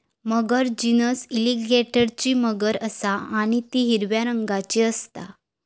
मगर genus एलीगेटरची मगर असा आणि ती हिरव्या रंगाची असता